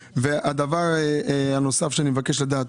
והדבר הנוסף שאני מבקש לדעת,